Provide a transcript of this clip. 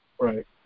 Right